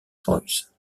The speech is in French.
royce